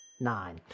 nine